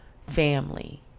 family